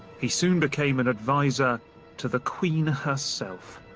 he soon became an advisor to the queen herself.